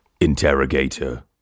Interrogator